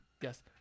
Yes